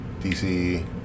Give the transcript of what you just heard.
DC